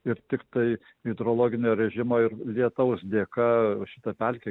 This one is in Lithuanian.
ir tiktai hidrologinio režimo ir lietaus dėka šita pelkė